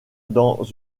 dans